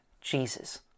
Jesus